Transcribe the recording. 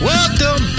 Welcome